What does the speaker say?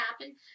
happen